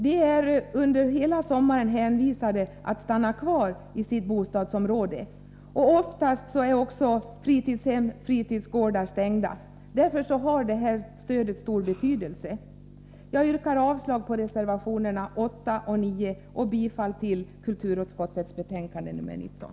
De är under hela sommaren hänvisade till att stanna kvar i sitt bostadsområde. Oftast är också fritidshem och fritidsgårdar stängda. Därför har det här stödet stor betydelse. Jag yrkar avslag på reservationerna 8 och 9 och bifall till hemställan i kulturutskottets betänkande nr 19.